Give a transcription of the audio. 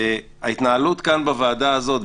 ההתנהלות כאן בוועדה הזאת,